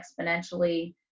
exponentially